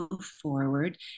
forward